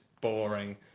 boring